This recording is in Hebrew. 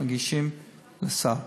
מגישים לסל.